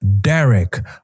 Derek